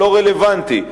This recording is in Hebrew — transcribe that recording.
לא רלוונטי.